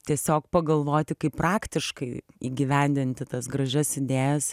tiesiog pagalvoti kaip praktiškai įgyvendinti tas gražias idėjas